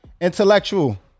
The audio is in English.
Intellectual